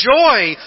joy